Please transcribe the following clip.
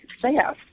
success